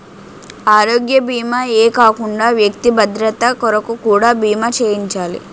ఆరోగ్య భీమా ఏ కాకుండా వ్యక్తి భద్రత కొరకు కూడా బీమా చేయించాలి